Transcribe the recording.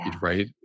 right